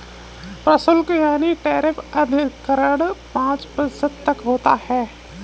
प्रशुल्क यानी टैरिफ अधिकतर पांच प्रतिशत तक होता है